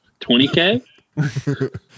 20k